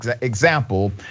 example